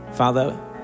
Father